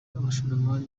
abashoramari